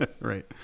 Right